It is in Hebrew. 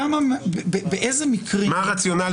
באיזה רציונל